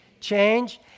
change